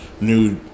new